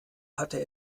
hatte